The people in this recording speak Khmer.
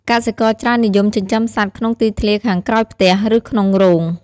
កសិករច្រើននិយមចិញ្ចឹមសត្វក្នុងទីធ្លាខាងក្រោយផ្ទះ ឬក្នុងរោង។